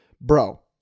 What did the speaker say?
bro